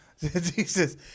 Jesus